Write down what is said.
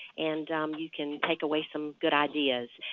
and you can take away some good ideas.